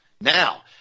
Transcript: Now